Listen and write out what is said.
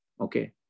okay